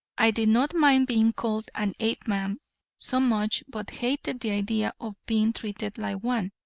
i did not mind being called an apeman so much, but hated the idea of being treated like one,